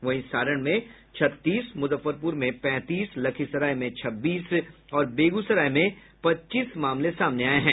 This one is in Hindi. वहीं सारण में छत्तीस मूजफ्फरपूर में पैंतीस लखीसराय में छब्बीस और बेगूसराय में पच्चीस मामले सामने आये हैं